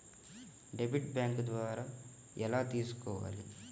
Debit bank ద్వారా ఎలా తీసుకోవాలి?